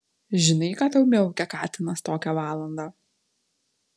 žinai ką tau miaukia katinas tokią valandą